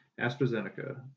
AstraZeneca